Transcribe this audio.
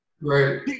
Right